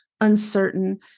uncertain